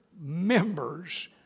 members